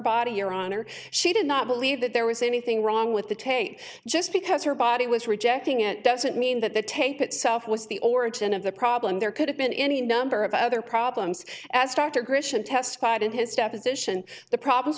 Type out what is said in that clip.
body your honor she did not believe that there was anything wrong with the tape just because her body was rejecting it doesn't mean that the tape itself was the origin of the problem there could have been any number of other problems as dr grisham testified in his deposition the problems